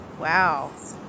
Wow